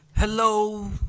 Hello